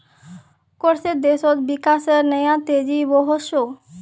कर से देशोत विकासेर नया तेज़ी वोसोहो